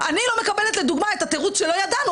אני לא מקבלת לדוגמה את התירוץ של "לא ידענו",